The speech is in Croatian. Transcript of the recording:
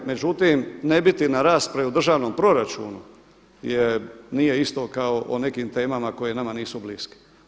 Međutim ne biti na raspravi o državnom proračunu nije isto kao o nekim temama koje nama nisu bliske.